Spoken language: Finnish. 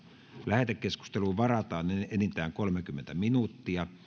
lähetekeskusteluun varataan enintään kolmekymmentä minuuttia